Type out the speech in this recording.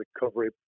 recovery